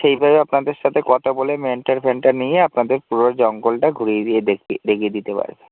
সেইভাবে আপনাদের সাথে কতা বলে মেন্টর ফেন্টর নিয়ে আপনাদের পুরো জঙ্গলটা ঘুরিয়ে দিয়ে দেখিয়ে দেখিয়ে দিতে পারবে